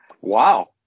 wow